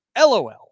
LOL